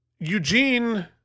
Eugene